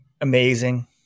amazing